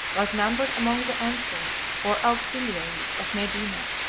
was numbered among the ansars, or auxiliaries, of medina,